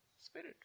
Spirit